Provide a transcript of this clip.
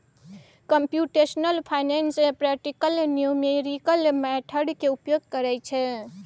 computational finance practical numerical method के उपयोग करइ छइ